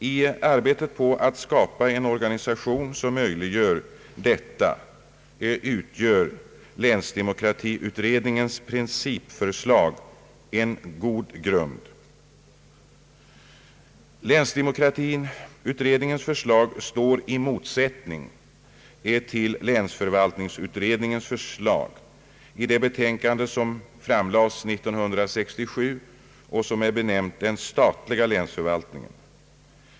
I arbetet på att skapa en organisation som möjliggör detta utgör länsdemokratiutredningens principförslag en god grund. Länsdemokratiutredningens = förslag står i motsättning till länsförvaltningsutredningens förslag i det betänkande som framlades år 1967 och som är benämnt »Den statliga länsförvaltningen».